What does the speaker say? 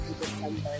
December